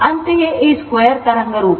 ಅಂತೆಯೇ ಈ square ತರಂಗರೂಪ